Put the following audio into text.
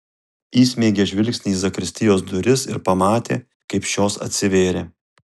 įsmeigė žvilgsnį į zakristijos duris ir pamatė kaip šios atsivėrė